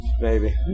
Baby